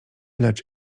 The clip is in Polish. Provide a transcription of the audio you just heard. lecz